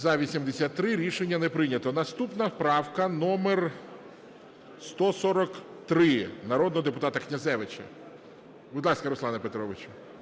За-83 Рішення не прийнято. Наступна правка номер 143 народного депутата Князевича. Будь ласка, Руслане Петровичу.